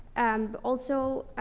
um, also,